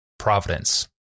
Providence